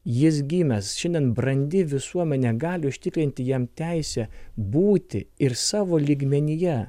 jis gimęs šiandien brandi visuomenė gali užtikrinti jam teisę būti ir savo lygmenyje